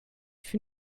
für